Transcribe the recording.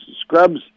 Scrubs